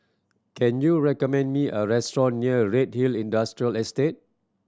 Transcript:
can you recommend me a restaurant near Redhill Industrial Estate